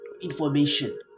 information